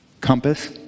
Compass